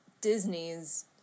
Disney's